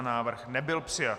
Návrh nebyl přijat.